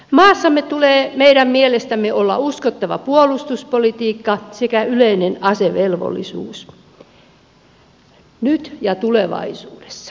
maassamme tulee meidän mielestämme olla uskottava puolustuspolitiikka sekä yleinen asevelvollisuus nyt ja tulevaisuudessa